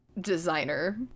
designer